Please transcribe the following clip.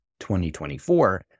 2024